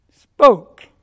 spoke